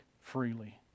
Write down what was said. freely